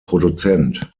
produzent